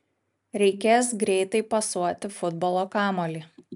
reikės greitai pasuoti futbolo kamuolį